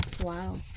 Wow